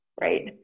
right